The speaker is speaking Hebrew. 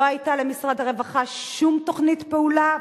לא היתה למשרד הרווחה שום תוכנית פעולה,